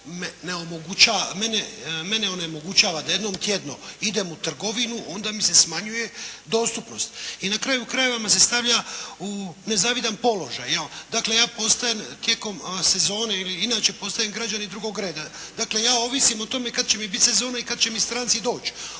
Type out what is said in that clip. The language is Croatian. mene onemogućava da jednom tjedno idem u trgovinu onda mi se smanjuje dostupnost i na kraju krajeva me se stavlja u nezavidan položaj. Dakle ja tijekom sezone ili inače postajem građanin drugog reda. Dakle ja ovisim o tome kada će mi biti sezona i kada će mi stranci doći